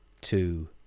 two